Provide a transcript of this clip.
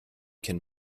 can